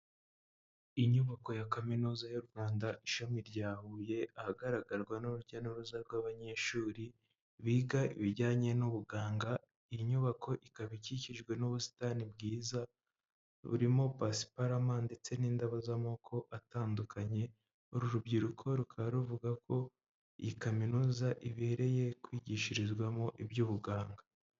Inyubako ya Kaminuza y'u Rwanda ishami rya Huye, ahagaragarwa n'urujya n'uruza rw'abanyeshuri biga ibijyanye n'ubuganga, inyubako ikaba ikikijwe n'ubusitani bwiza burimo pasiparama ndetse n'indabo z'amoko atandukanye, uru rubyiruko rukaba ruvuga ko iyi Kaminuza ibereye kwigishirizwamo iby'ubuganga.